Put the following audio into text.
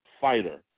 fighter